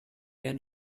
end